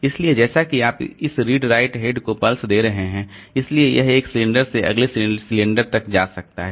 इसलिए जैसा कि आप इस रीड राइट हेड को पल्स दे रहे हैं इसलिए यह एक सिलेंडर से अगले सिलेंडर तक जा सकता है